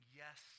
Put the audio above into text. yes